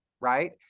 right